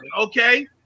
okay